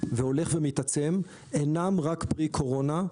והולך ומתעצם, אינם רק פרי קורונה.